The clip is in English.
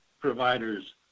providers